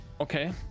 Okay